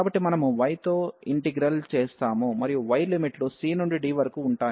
కాబట్టి మనము y తో ఇంటిగ్రల్ చేస్తాము మరియు y లిమిట్ లు c నుండి d వరకు ఉంటాయి